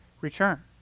return